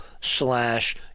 slash